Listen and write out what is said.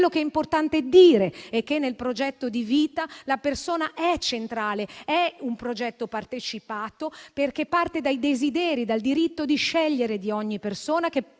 che è importante dire è che nel progetto di vita la persona è centrale. È un progetto partecipato, perché parte dai desideri, dal diritto di scegliere di ogni persona,